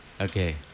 Okay